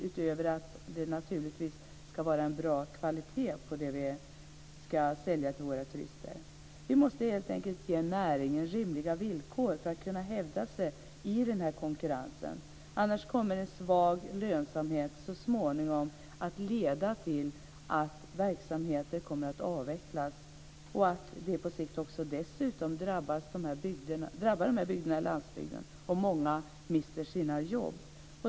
Utöver det ska det naturligtvis också vara en bra kvalitet på det vi ska sälja till våra turister. Vi måste helt enkelt ge näringen rimliga villkor för att den ska kunna hävda sig i konkurrensen. Annars kommer en svag lönsamhet så småningom att leda till att verksamheter kommer att avvecklas. Det drabbar på sikt dessa områden i landsbygden, och många mister sina jobb.